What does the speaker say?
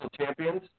champions